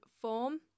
form